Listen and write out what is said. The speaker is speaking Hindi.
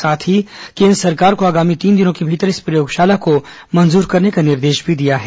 साथ ही केन्द्र सरकार को आगामी तीन दिनों के भीतर इस प्रयोगशाला को मंजूर करने का निर्देश भी दिया है